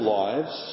lives